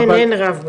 אין, אין רב.